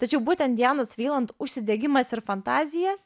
tačiau būtent dianos vriland užsidegimas ir fantazija